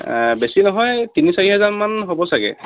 বেছি নহয় তিনি চাৰি হেজাৰমান হ'ব চাগৈ